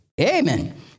Amen